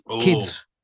kids